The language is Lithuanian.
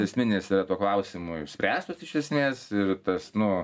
esminės yra to klausimo išspręstos iš esmės ir tas nu